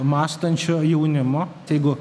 mąstančio jaunimo tai jeigu